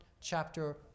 chapter